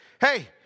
hey